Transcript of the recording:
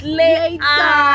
later